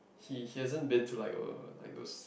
he he hasn't been to like uh like those